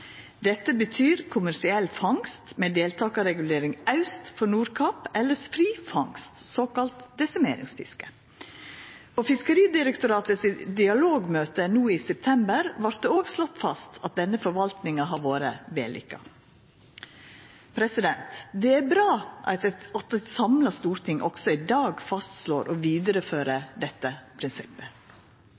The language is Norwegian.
betyr kommersiell fangst med deltakarregulering aust for Nordkapp, elles fri fangst – såkalla desimeringsfiske. På Fiskeridirektoratet sitt dialogmøte i september vart det òg slått fast at denne forvaltninga har vore vellukka. Det er bra at eit samla storting også i dag fastslår å vidareføra dette prinsippet.